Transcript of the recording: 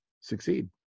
succeed